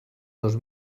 dos